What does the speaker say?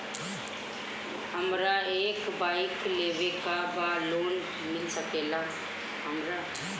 हमरा एक बाइक लेवे के बा लोन मिल सकेला हमरा?